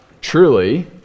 truly